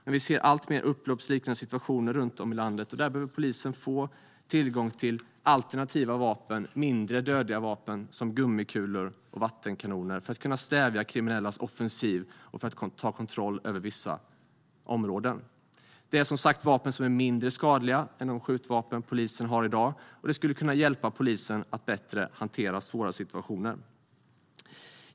Men vi ser allt fler upploppsliknande situationer runt om i landet, och därför behöver polisen få tillgång till alternativa, mindre dödliga vapen, som gummikulor och vattenkanoner, för att kunna stävja kriminellas offensiv och för att ta kontroll över vissa områden. Det är som sagt vapen som är mindre skadliga än de skjutvapen som polisen har i dag, och de skulle kunna hjälpa polisen att bättre hantera svåra situationer.